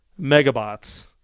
Megabots